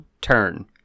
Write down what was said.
turn